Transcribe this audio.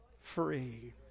free